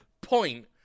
Point